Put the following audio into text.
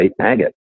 agate